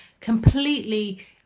completely